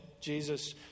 Jesus